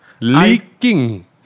Leaking